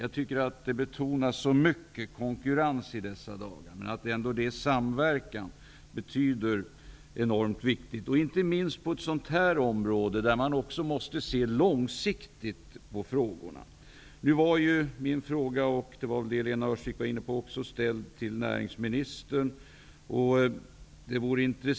Jag tycker att konkurrensen betonas så mycket i dessa dagar, men det är enormt viktigt med samverkan, inte minst på ett sådant område där man också måste se långsiktigt på frågorna. Min fråga var ställd till näringsministern, vilket Lena Öhrsvik var inne på.